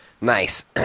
Nice